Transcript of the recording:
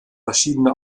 verschiedene